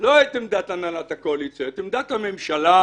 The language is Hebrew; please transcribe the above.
לא את עמדת הנהלת הקואליציה אלא את עמדת הממשלה,